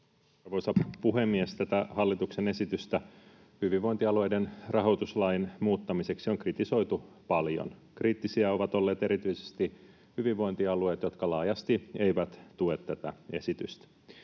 Arvoisa puhemies! Tätä hallituksen esitystä hyvinvointialueiden rahoituslain muuttamiseksi on kritisoitu paljon. Kriittisiä ovat olleet erityisesti hyvinvointialueet, jotka laajasti eivät tue tätä esitystä.